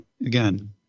again